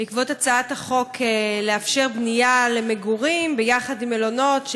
בעקבות הצעת החוק לאפשר בנייה למגורים יחד עם בניית מלונות,